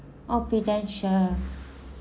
oh Prudential